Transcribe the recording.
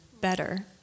better